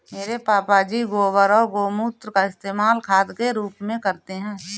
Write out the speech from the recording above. मेरे पापा जी गोबर और गोमूत्र का इस्तेमाल खाद के रूप में करते हैं